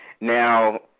Now